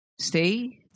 stay